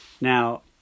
Now